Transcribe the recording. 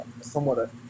somewhat